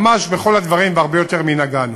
ממש בכל הדברים, והרבה יותר מנגענו.